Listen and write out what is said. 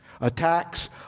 Attacks